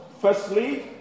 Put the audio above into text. firstly